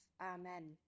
amen